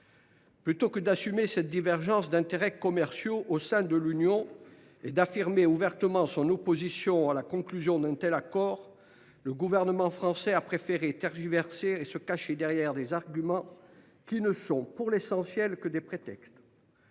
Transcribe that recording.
Plutôt que d’assumer cette divergence d’intérêts commerciaux au sein de l’Union européenne et d’affirmer ouvertement son opposition à la conclusion d’un tel accord, le gouvernement français a préféré tergiverser et se cacher derrière des arguments qui ne sont, pour l’essentiel, que des prétextes.